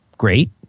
great